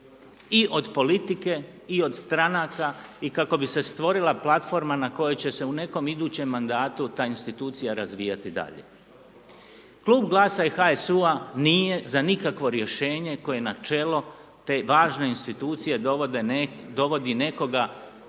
i od politike i od stranaka i kako bi se stvorila platforma na kojoj će se u nekom idućem mandatu ta institucija razvijati dalje. Klub GLAS-a i HSU-a nije za nikakvo rješenje koje na čelo te važne institucije dovodi nekoga tko